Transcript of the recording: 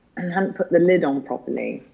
hadn't put the lid on properly.